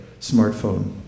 smartphone